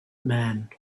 man